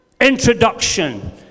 Introduction